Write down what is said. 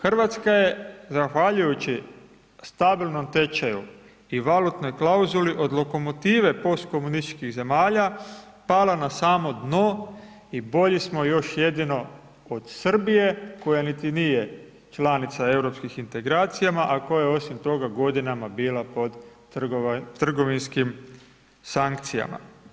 Hrvatska je zahvaljujući stabilnom tečaju i valutnoj klauzuli, od lokomotive postkomunističkih zemalja, pala na samo dno i bolji smo još jedino od Srbije, koja niti nije članica europskih integracijama, a koja je osim toga godinama bila pod trgovinskim sankcijama.